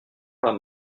pas